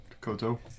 Koto